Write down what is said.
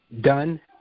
Done